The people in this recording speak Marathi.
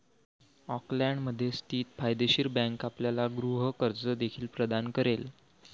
ऑकलंडमध्ये स्थित फायदेशीर बँक आपल्याला गृह कर्ज देखील प्रदान करेल